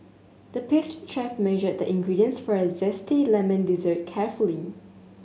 the paste chef measured the ingredients for a zesty lemon dessert carefully